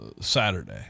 saturday